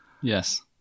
Yes